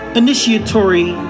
initiatory